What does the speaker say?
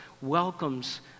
welcomes